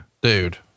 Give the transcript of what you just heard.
dude